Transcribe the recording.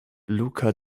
luca